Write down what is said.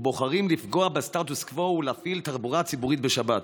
ובוחרים לפגוע בסטטוס קוו ולהפעיל תחבורה ציבורית בשבת.